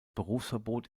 berufsverbot